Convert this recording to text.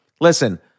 listen